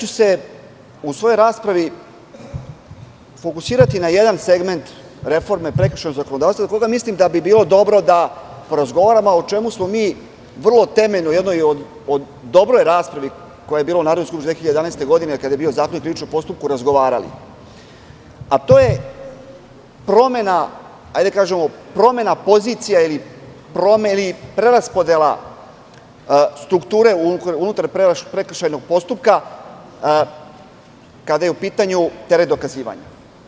U svojoj raspravi ću se fokusirati na jedan segment reforme prekršajnog zakonodavstva, za koga mislim da bi bilo dobro da porazgovaramo, a o čemu smo mi vrlo temeljno u jednoj dobroj raspravi koja je bila u Narodnoj skupštini 2011. godine, kada je bio Zakonik o krivičnom postupku, razgovarali, a to je, da kažemo, promena pozicija ili preraspodela strukture unutar prekršajnog postupka, kada je u pitanju teret dokazivanja.